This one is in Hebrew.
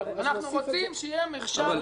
אנחנו רוצים שיהיה מרשם בממונה.